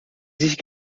sich